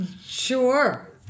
Sure